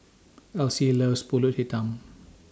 Elzie loves Pulut Hitam